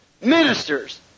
Ministers